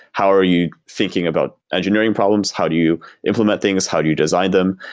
how are you thinking about engineering problems? how do you implement things? how do you design them?